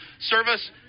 service